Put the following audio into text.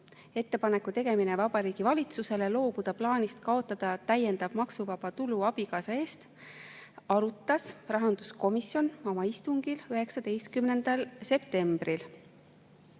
"Ettepaneku tegemine Vabariigi Valitsusele loobuda plaanist kaotada täiendav maksuvaba tulu abikaasa eest" arutas rahanduskomisjon oma istungil 19. septembril.